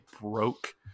broke